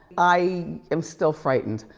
i am still frightened.